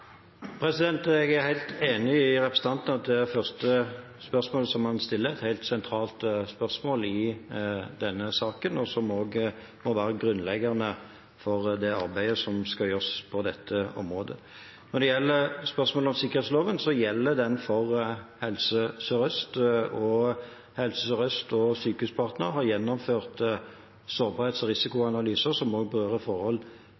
Jeg er helt enig med representanten i at det første spørsmålet han stiller, er et helt sentralt spørsmål i denne saken og også må være grunnleggende for det arbeidet som skal gjøres på dette området. Når det gjelder spørsmålet om sikkerhetsloven, gjelder den for Helse Sør-Øst. Helse Sør-Øst og Sykehuspartner har gjennomført sårbarhets- og risikoanalyser som også berører forhold